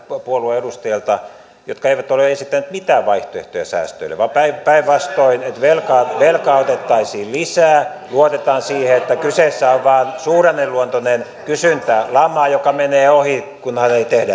puolueen edustajilta jotka eivät ole esittäneet mitään vaihtoehtoja säästöille vaan päinvastoin että velkaa otettaisiin lisää luotetaan siihen että kyseessä on vain suuremmanluonteinen kysyntälama joka menee ohi kunhan ei tehdä